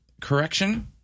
correction